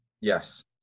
yes